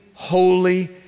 Holy